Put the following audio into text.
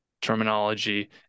terminology